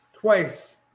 twice